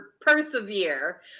persevere